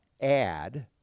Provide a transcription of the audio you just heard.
add